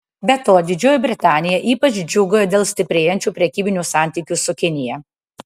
be to didžioji britanija ypač džiūgauja dėl stiprėjančių prekybinių santykių su kinija